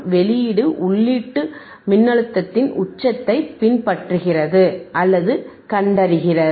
வெளியீடு உள்ளீட்டு மின்னழுத்தத்தின் உச்சத்தை பின்பற்றுகிறது அல்லது கண்டறிகிறது